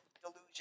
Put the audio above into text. delusion